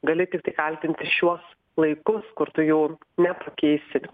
gali tiktai kaltinti šiuos laikus kur tu jų nepakeisi